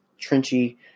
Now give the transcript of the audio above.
trenchy